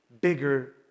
bigger